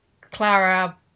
Clara